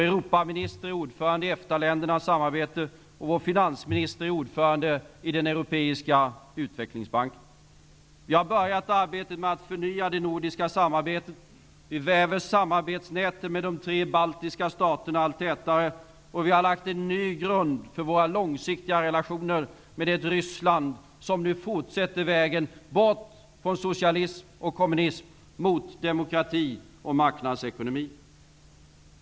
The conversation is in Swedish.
Europaministern är ordförande i EFTA-ländernas samarbetsorganisation. Vår finansminister är ordförande i den europeiska utvecklingsbanken. Vi har börjat arbetet med att förnya det nordiska samarbetet. Vi väver samarbetsnätet med de tre baltiska staterna allt tätare. Vi har lagt en ny grund för våra långsiktiga relationer med det Ryssland som nu fortsätter vägen bort från socialism och kommunism mot demokrati och marknadsekonomi.